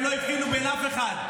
הם לא הבחינו בין אף אחד.